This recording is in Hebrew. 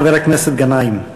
חבר הכנסת גנאים.